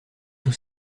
tous